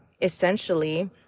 essentially